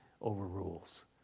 overrules